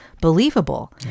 believable